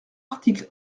articles